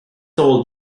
all